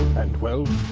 and well,